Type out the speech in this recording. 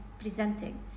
presenting